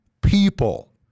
people